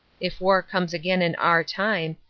if war comes again in our time,